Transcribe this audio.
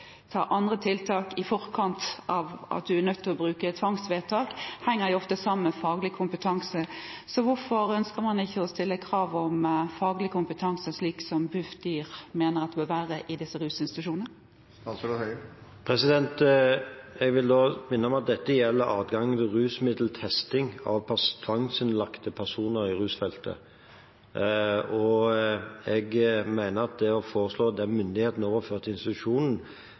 å bruke tvangsvedtak, henger ofte sammen med faglig kompetanse. Så hvorfor ønsker man ikke å stille krav om faglig kompetanse, slik som Bufdir mener det bør være i disse rusinstitusjonene? Jeg vil minne om at dette gjelder adgang til rusmiddeltesting av tvangsinnlagte personer i rusinstitusjoner. Jeg mener at det å foreslå den myndigheten overført til institusjonen